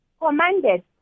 commanded